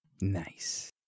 Nice